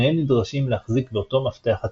שניהם נדרשים להחזיק באותו מפתח הצפנה.